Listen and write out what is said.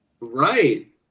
Right